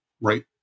right